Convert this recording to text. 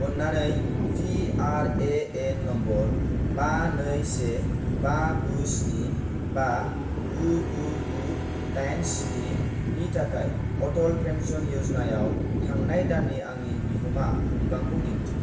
अन्नानै PRAN number बा नै से बा गु स्नि बा गु गु गु दाइन स्नि नि थाखाय अटल पेन्सन य'जनायाव थांनाय दाननि आंनि बिहोमा बिबांखौ दिन्थि